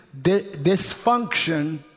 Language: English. dysfunction